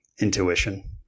intuition